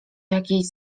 jakieś